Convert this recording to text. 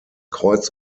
kreuz